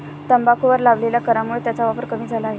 तंबाखूवर लावलेल्या करामुळे त्याचा वापर कमी झाला आहे